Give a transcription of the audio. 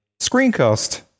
Screencast